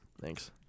Thanks